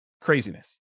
Craziness